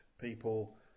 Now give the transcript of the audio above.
people